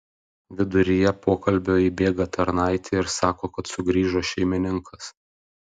viduryje pokalbio įbėga tarnaitė ir sako kad sugrįžo šeimininkas